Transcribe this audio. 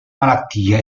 malattia